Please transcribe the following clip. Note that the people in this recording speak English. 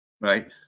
Right